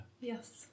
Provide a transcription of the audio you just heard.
Yes